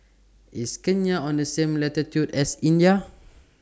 IS Kenya on The same latitude as India